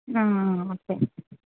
okay